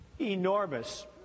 Enormous